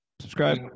Subscribe